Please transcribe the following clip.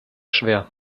schwer